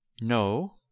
No